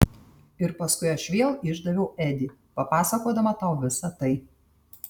ir paskui aš vėl išdaviau edį papasakodama tau visa tai